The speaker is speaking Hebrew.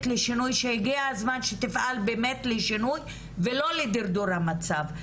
לשינוי שהגיע הזמן שתפעל לשינוי ולא לדרדור המצב.